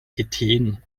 ethen